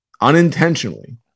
unintentionally